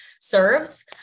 serves